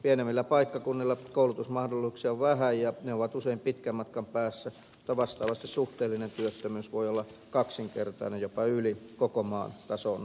pienemmillä paikkakunnilla koulutusmahdollisuuksia on vähän ja ne ovat usein pitkän matkan päässä mutta vastaavasti suhteellinen työttömyys voi olla kaksinkertainen jopa yli koko maan tasoon nähden